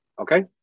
Okay